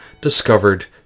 discovered